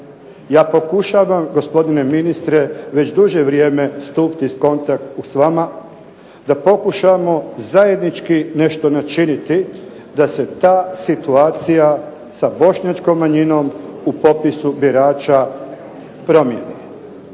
Ja pokušavam gospodine ministre već duže vrijeme stupiti u kontakt s vama da pokušamo zajednički nešto načiniti da se ta situacija sa bošnjačkom manjinom u popisu birača promijeni.